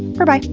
berbye!